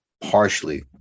partially